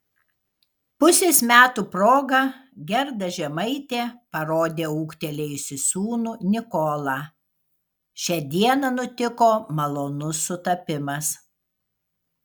pusės metų proga gerda žemaitė parodė ūgtelėjusį sūnų nikolą šią dieną nutiko malonus sutapimas